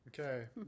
Okay